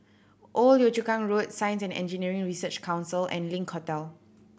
Old Yio Chu Kang Road Science and Engineering Research Council and Link Hotel